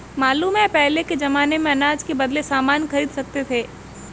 मालूम है पहले के जमाने में अनाज के बदले सामान खरीद सकते थे